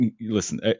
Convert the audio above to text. listen